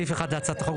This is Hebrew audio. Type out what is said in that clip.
בסעיף אחד להצעת החוק,